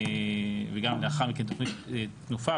וגם לאחר מכן תוכנית "תנופה".